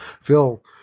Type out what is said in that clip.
Phil